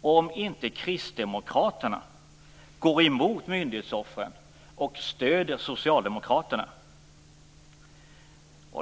om inte kristdemokraterna går emot myndighetsoffren och stöder socialdemokraterna.